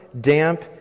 damp